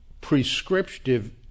prescriptive